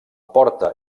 porta